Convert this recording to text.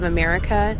America